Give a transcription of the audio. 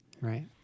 Right